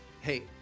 Hey